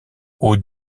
aux